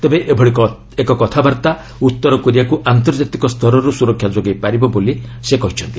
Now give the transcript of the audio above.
ତେବେ ଏଭଳି ଏକ କଥାବାର୍ତ୍ତା ଉତ୍ତର କୋରିଆକୁ ଆନ୍ତର୍ଜାତିକ ସ୍ତରର୍ ସ୍ୱରକ୍ଷା ଯୋଗାଇ ପାରିବ ବୋଲି ସେ କହିଛନ୍ତି